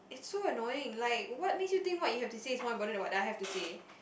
it's so annoying like what makes you think what you have to say is more important than what I have to say